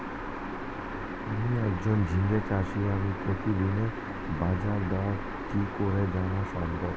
আমি একজন ঝিঙে চাষী আমি প্রতিদিনের বাজারদর কি করে জানা সম্ভব?